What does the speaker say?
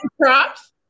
props